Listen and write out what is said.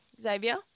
Xavier